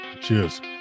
Cheers